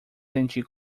sentir